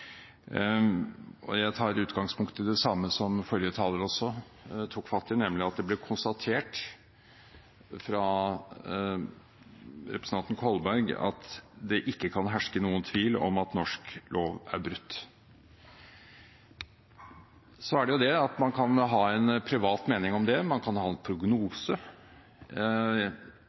det samme som forrige taler tok fatt i, nemlig at det ble konstatert av representanten Kolberg at det ikke kan herske noen tvil om at norsk lov er brutt. Så kan man jo ha en privat mening om det, man kan ha en prognose.